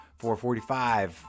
4:45